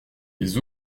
les